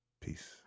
Peace